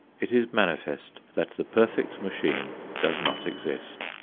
it is manifest that the perfect machine does not exist.